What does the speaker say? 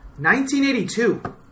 1982